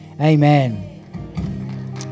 Amen